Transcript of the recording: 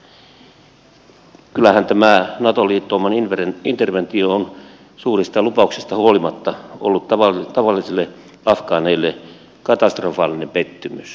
kyllähän tämä nato liittouman interventio on suurista lupauksista huolimatta ollut tavallisille afgaaneille katastrofaalinen pettymys